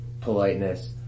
politeness